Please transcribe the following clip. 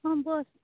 ହଁ ଦୋସ୍ତ